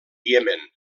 iemen